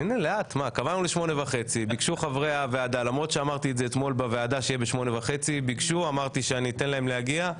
קבענו לשמונה וחצי וביקשו חברי הוועדה שאני אתן להם להגיע,